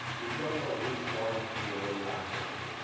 you don't know which one he will latch into.